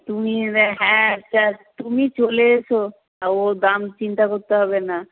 তুমি হ্যাঁ আচ্ছা তুমি চলে এসো ও দাম চিন্তা করতে হবে না